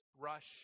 rush